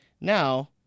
now